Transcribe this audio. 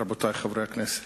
רבותי חברי הכנסת,